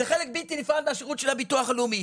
זה חלק בלתי נפרד מהשירות של הביטוח הלאומי.